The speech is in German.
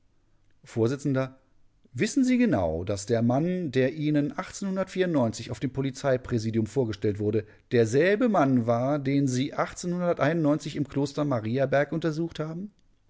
vors wissen sie genau daß der mann der ihnen auf dem polizeipräsidium vorgestellt wurde derselbe mann war den sie im kloster mariaberg untersucht haben